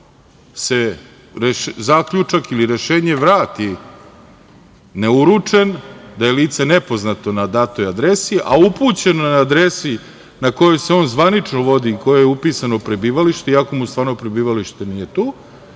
se zaključak ili rešenje vrati neuručeno, da je lice nepoznato na datoj adresi, a upućeno je na adresu na kojoj se on zvanično vodi, u kojoj je upisano prebivalište, iako mu stvarno prebivalište nije tu,